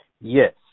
Yes